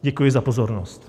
Děkuji za pozornost.